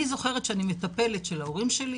אני זוכרת שאני מטפלת של ההורים שלי,